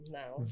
Now